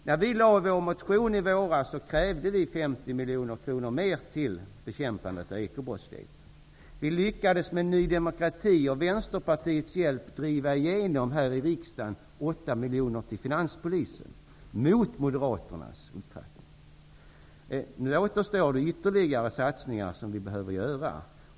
När vi väckte vår motion i våras krävde vi 50 miljoner kronor mer till bekämpandet av ekobrottsligheten. Vi lyckades med hjälp av Ny demokrati och Vänsterpartiet här i riksdagen driva igenom 8 miljoner till finanspolisen, mot Moderaternas uppfattning. Låt oss genomföra de ytterligare satsningar som vi behöver göra.